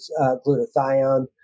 glutathione